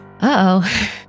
Uh-oh